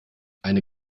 eine